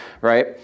right